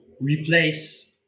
replace